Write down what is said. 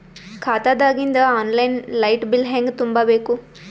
ಖಾತಾದಾಗಿಂದ online light bill ಹೇಂಗ ತುಂಬಾ ಬೇಕು?